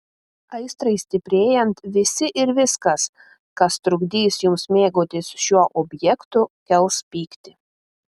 aistrai stiprėjant visi ir viskas kas trukdys jums mėgautis šiuo objektu kels pyktį